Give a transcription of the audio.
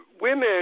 women